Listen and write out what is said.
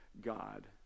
God